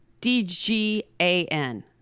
D-G-A-N